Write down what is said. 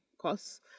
costs